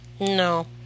No